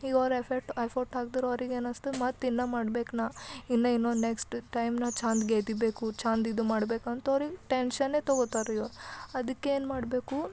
ಈಗ ಅವ್ರ effect effort ಹಾಕ್ದ್ರೆ ಅವ್ರಿಗೆ ಏನು ಅನ್ನಿಸ್ತು ಮತ್ತು ಇನ್ನೂ ಮಾಡ್ಬೇಕು ನಾನು ಇನ್ನೂ ಇನ್ನೊಂದು ನೆಕ್ಸ್ಟ್ ಟೈಮ್ ನಾನು ಚೆಂದ ಗೆಲ್ಬೇಕು ಚೆಂದ ಇದು ಮಾಡ್ಬೇಕು ಅಂತ ಅವ್ರಿಗೆ ಟೆನ್ಶನೇ ತೊಗೊಳ್ತಾರ್ರಿ ಇವ್ರು ಅದ್ಕೇನು ಮಾಡಬೇಕು